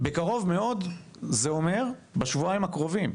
בקרוב מאוד, זה אומר בשבועיים הקרובים.